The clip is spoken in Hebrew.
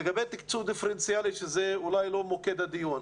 לגבי תקצוב דיפרנציאלי שאולי הוא לא במוקד הדיון.